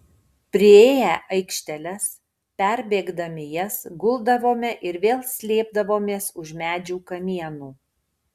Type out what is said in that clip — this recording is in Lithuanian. priėję aikšteles perbėgdami jas guldavome ir vėl slėpdavomės už medžių kamienų